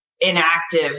inactive